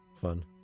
fun